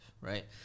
right